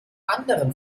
anderen